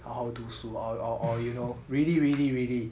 好好读书 or or or you know really really really